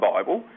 Bible